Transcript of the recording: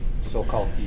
so-called